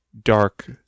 dark